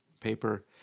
paper